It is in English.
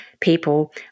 people